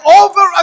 over